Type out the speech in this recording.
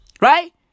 Right